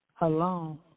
alone